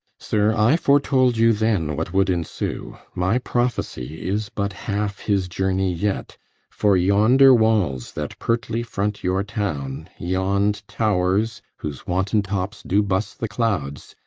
sir, i foretold you then what would ensue. my prophecy is but half his journey yet for yonder walls, that pertly front your town, yond towers, whose wanton tops do buss the clouds,